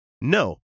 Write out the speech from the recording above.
no